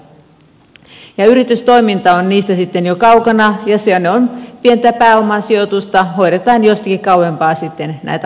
yritystoiminta on niistä sitten jo kaukana se on pientä pääomasijoitusta hoidetaan jostakin kauempaa sitten näitä asioita